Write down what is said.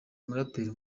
muraperi